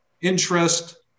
interest